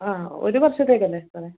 ആ ഒരു വർഷത്തേക്കല്ലേ സാറേ